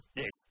yes